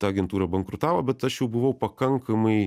ta agentūra bankrutavo bet aš jau buvau pakankamai